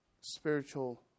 spiritual